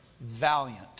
valiant